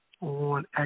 on